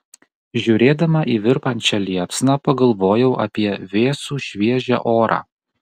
žiūrėdama į virpančią liepsną pagalvojau apie vėsų šviežią orą